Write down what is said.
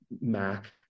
Mac